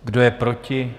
Kdo je proti?